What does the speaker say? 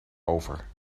over